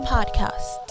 Podcast